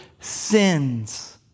sins